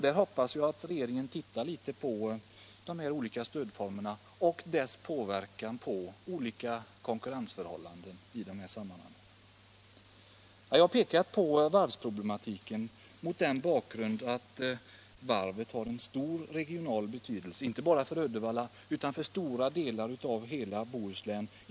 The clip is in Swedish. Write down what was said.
Där hoppas jag att regeringen studerar de olika stödformer som finns och deras påverkan på olika konkurrensförhållanden. Jag har här pekat på varvsproblematiken mot den bakgrunden att Uddevallavarvet har stor regional betydelse inte bara för Uddevalla utan för stora delar av Bohuslän.